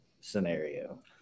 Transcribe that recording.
scenario